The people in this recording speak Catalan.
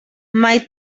mai